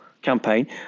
campaign